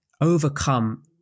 overcome